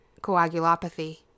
coagulopathy